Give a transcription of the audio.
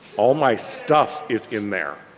all my stuff is in there.